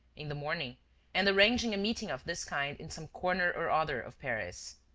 in the morning and arranging a meeting of this kind in some corner or other of paris.